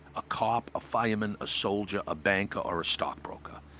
a cop, a fireman, a soldier, a banker or a stockbroker.